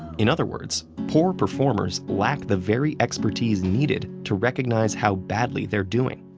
in other words, poor performers lack the very expertise needed to recognize how badly they're doing.